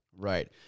Right